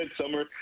Summer